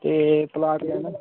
ते प्लाट लैना